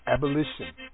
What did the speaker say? Abolition